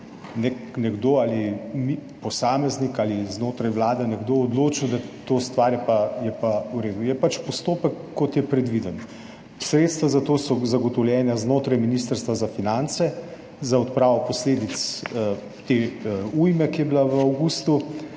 če bi ali posameznik ali znotraj Vlade nekdo odločil, da ta stvar je pa v redu. Je pač postopek, kot je predviden. Sredstva za to so zagotovljena znotraj Ministrstva za finance za odpravo posledic te ujme, ki je bila v avgustu.